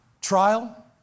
Trial